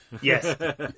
Yes